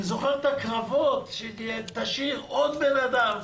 אני זוכר את הקרבות: תשאיר עוד אדם,